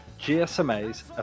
GSMA's